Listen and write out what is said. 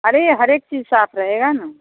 अरे हर एक चीज़ साफ़ रहेगी ना